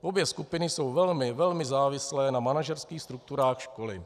Obě skupiny jsou velmi, velmi závislé na manažerských strukturách školy.